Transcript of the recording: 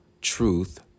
truth